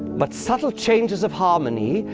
but subtle changes of harmony.